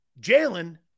Jalen